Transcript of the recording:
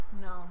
No